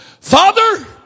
Father